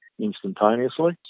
instantaneously